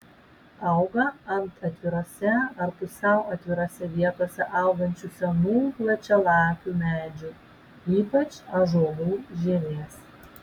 auga ant atvirose ar pusiau atvirose vietose augančių senų plačialapių medžių ypač ąžuolų žievės